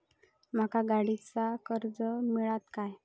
माका गाडीचा कर्ज मिळात काय?